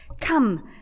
Come